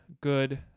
good